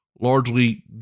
largely